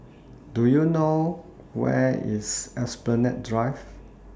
Do YOU know Where IS Esplanade Drive